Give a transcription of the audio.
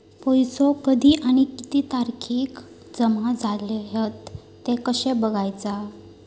पैसो कधी आणि किती तारखेक जमा झाले हत ते कशे बगायचा?